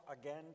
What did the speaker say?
again